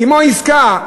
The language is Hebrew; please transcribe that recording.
כמו עסקה.